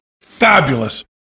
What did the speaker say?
fabulous